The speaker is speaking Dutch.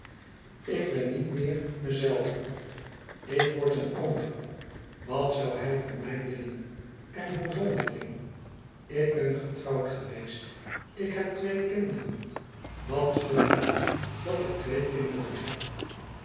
ik ben niet meer mezelve ik word een ander wat zoû hij van mij willen en hoe zonderling ik ben getrouwd geweest ik heb twee kinderen wat zonderling dat ik twee kinderen heb